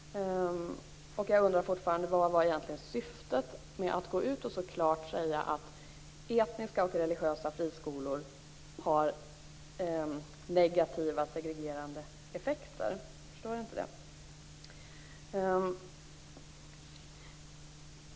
Vilket var egentligen syftet med att gå ut och så klart säga att etniska och religiösa friskolor har negativa, segregerande effekter? Jag förstår inte det.